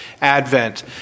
advent